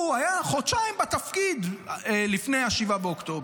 היה חודשיים בתפקיד לפני 7 באוקטובר.